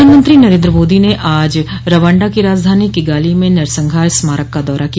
प्रधानमंत्री नरेन्द्र मोदी ने आज रवांडा की राजधानी किगाली में नरसंहार स्मारक का दौरा किया